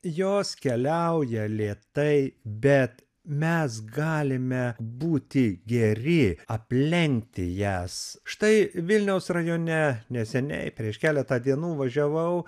jos keliauja lėtai bet mes galime būti geri aplenkti jas štai vilniaus rajone neseniai prieš keletą dienų važiavau